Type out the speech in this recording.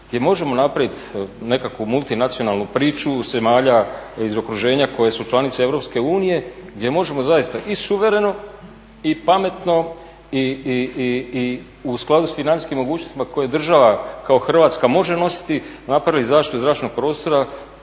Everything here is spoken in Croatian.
gdje možemo napraviti nekakvu multinacionalnu priču zemalja iz okruženja koje su članice Europske unije. Gdje možemo zaista i suvereno i pametno i u skladu sa financijskim mogućnostima koje država kao Hrvatska može nositi napravili zaštitu zračnog prostora.